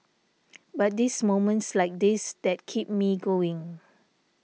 but this moments like this that keep me going